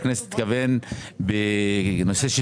לא התכוון להלוואה כשהוא דיבר על כך שהכניסו את הנושא של